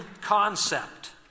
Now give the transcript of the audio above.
concept